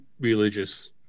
religious